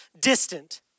distant